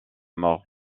mort